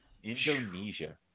Indonesia